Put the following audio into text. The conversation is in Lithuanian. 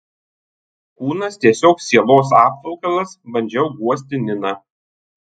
kūnas tiesiog sielos apvalkalas bandžiau guosti niną